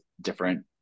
different